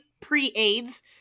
pre-aids